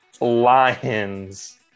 Lions